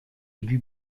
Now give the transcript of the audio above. élu